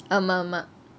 ஆமா ஆமா:aama aama